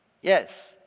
yes